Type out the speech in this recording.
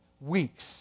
weeks